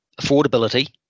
affordability